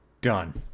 Done